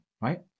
right